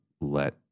let